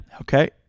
Okay